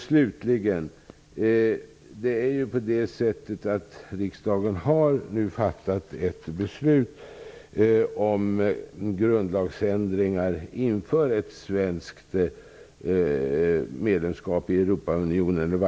Slutligen är det så att riksdagen nu har fattat ett beslut om en beredskap för grundlagsändringar inför ett svenskt medlemskap i Europaunionen.